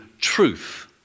truth